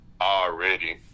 already